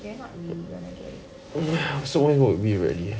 we are not really gonna get it